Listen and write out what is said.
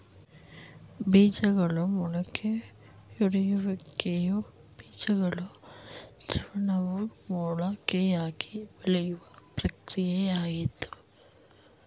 ಬೀಜಗಳ ಮೊಳಕೆಯೊಡೆಯುವಿಕೆಯು ಬೀಜಗಳ ಭ್ರೂಣವು ಮೊಳಕೆಯಾಗಿ ಬೆಳೆಯೋ ಪ್ರಕ್ರಿಯೆಯಾಗಯ್ತೆ